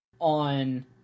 on